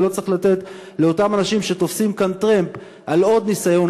ולא צריך לתת לאותם אנשים שתופסים כאן טרמפ על עוד ניסיון